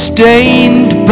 Stained